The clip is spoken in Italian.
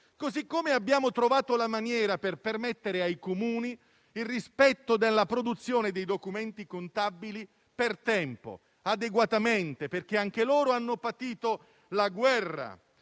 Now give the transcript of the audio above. modo abbiamo trovato la maniera per permettere ai Comuni il rispetto della produzione dei documenti contabili per tempo e adeguatamente, perché anche loro hanno patito la guerra